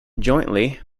jointly